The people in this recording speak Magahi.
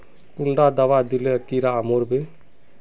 कुंडा दाबा दिले कीड़ा मोर बे?